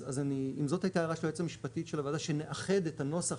אז אם זו הייתה ההערה של היועצת המשפטית של הוועדה שנאחד את הנוסח